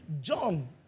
John